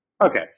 Okay